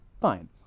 Fine